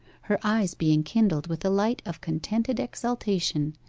her eyes being kindled with a light of contented exultation,